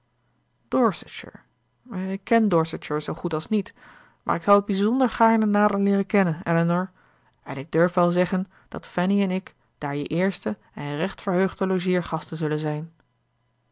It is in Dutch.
ik ken dorsetshire zoo goed als niet maar ik zou het bijzonder gaarne nader leeren kennen elinor en ik durf wel zeggen dat fanny en ik daar je eerste en recht verheugde logeergasten zullen zijn